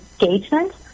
engagement